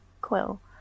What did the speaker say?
Quill